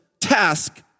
task